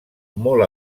molt